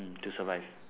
mm to survive